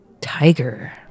Tiger